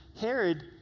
Herod